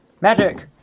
Magic